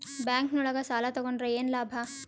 Bank ನೊಳಗ ಸಾಲ ತಗೊಂಡ್ರ ಏನು ಲಾಭ?